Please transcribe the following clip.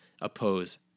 oppose